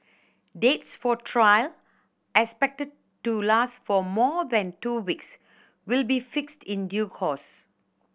dates for trial expected to last for more than two weeks will be fixed in due course